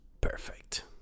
perfect